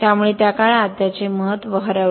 त्यामुळे त्या काळात त्याचे महत्त्व हरवले